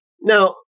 Now